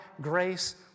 grace